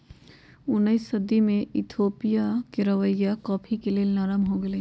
उनइस सदी में इथोपिया के रवैया कॉफ़ी के लेल नरम हो गेलइ